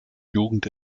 jugend